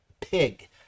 pig